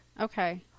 Okay